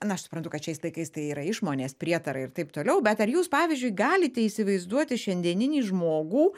na aš suprantu kad šiais laikais tai yra išmonės prietarai ir taip toliau bet ar jūs pavyzdžiui galite įsivaizduoti šiandieninį žmogų